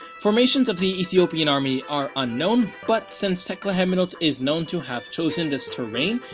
formations of the ethiopian army are unknown, but since tekle haimanot is known to have chosen this terrain,